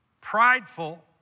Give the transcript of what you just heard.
prideful